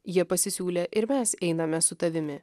jie pasisiūlė ir mes einame su tavimi